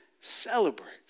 celebrates